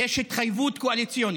ישראל, כולל בני המיעוטים.